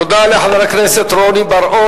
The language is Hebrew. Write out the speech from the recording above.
תודה לחבר הכנסת רוני בר-און.